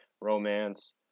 romance